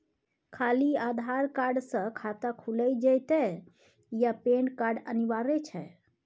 खाली आधार कार्ड स खाता खुईल जेतै या पेन कार्ड अनिवार्य छै?